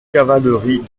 cavalerie